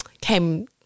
came